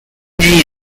many